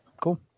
cool